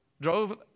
drove